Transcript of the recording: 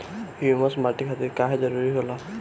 Humus माटी खातिर काहे जरूरी होला?